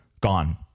gone